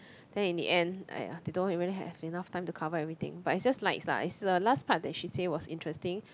then in the end aiyah they don't even have enough time to cover everything but it's just lights lah it's the last part that she say was interesting